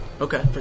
okay